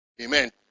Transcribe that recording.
Amen